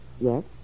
yes